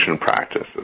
practices